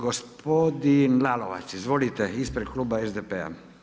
Gospodin Lalovac, izvolite ispred kluba SDP-a.